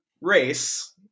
race